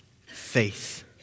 faith